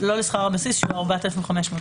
לא לשכר הבסיס בסך 4,500 שקלים.